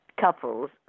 couples